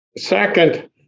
Second